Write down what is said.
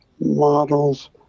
models